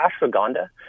ashwagandha